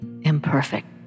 imperfect